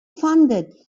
funded